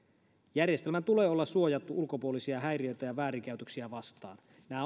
järjestelmän tulee olla suojattu ulkopuolisia häiriöitä ja väärinkäytöksiä vastaan nämä